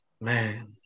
man